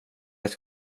ett